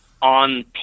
on